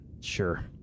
sure